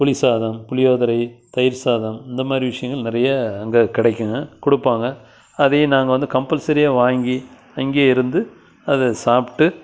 புளிசாதம் புளியோதரை தயிர்சாதம் இந்த மாதிரி விஷயங்கள் நிறைய அங்கே கிடைக்கும் கொடுப்பாங்க அதையும் நாங்கள் வந்து கம்பல்சரியாக வாங்கி அங்கேயே இருந்து அதை சாப்பிட்டு